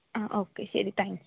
ആ ഓക്കേ ശരി thank U